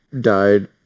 died